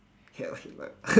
hea~ or head butt